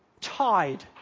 Tied